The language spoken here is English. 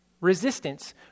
resistance